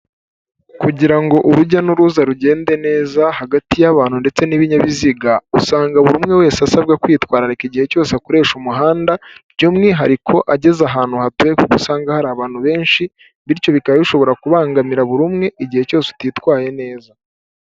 Kugirango urujya n'uruza rugende neza hagati y'abantu ndetse n'ibinyabiziga ,usanga buri umwe wese asabwa kwitwararika igihe cyose akoresha umuhanda, by'umwihariko ageze ahantu hateye kuko usanga hari abantu benshi ,bityo bikaba bishobora kubangamira buri umwe igihe cyose utitwaye neza.